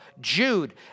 Jude